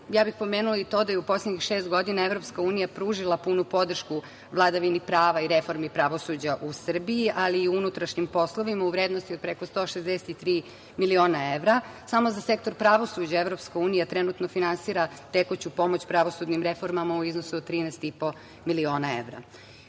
kraju, pomenula bih i to da je u poslednjih šest godina EU pružila punu podršku vladavini prava i reformi pravosuđa u Srbiji, ali i unutrašnjim poslovima, u vrednosti od preko 163 miliona evra. Samo za sektor pravosuđa EU trenutno finansira tekuću pomoć pravosudnim reformama u iznosu od 13,5 miliona evra. Kako